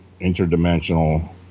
interdimensional